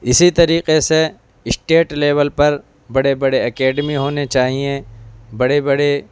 اسی طریقے سے اسٹیٹ لیول پر بڑے بڑے اکیڈمی ہونے چاہئیں بڑے بڑے